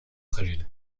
fragiles